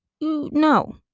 no